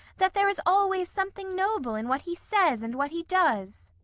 that there is always something noble in what he says and what he does?